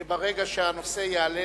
שברגע שהנושא יעלה